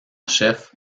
chef